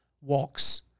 walks